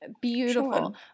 beautiful